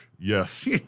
Yes